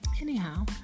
Anyhow